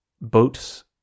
Boats